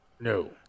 No